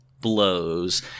blows